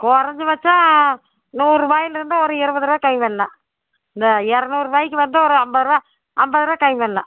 குறைஞ்சபட்சம் நூறுரூவாலிருந்து ஒரு இருபது ரூபா கம்மி பண்ணலாம் த இர்நூறுவாக்கி வந்து ஒரு ஐம்பது ரூபா ஐம்பது ரூபா கம்மி பண்ணலாம்